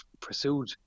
pursued